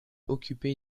occupé